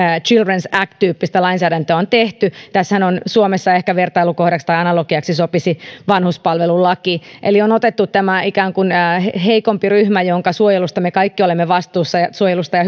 childrens act tyyppistä lainsäädäntöä on tehty tässähän suomessa ehkä vertailukohdaksi tai analogiaksi sopisi vanhuspalvelulaki eli on ikään kuin otettu keskiöön tämä heikompi ryhmä jonka suojelusta ja hyvinvoinnista me kaikki olemme vastuussa ja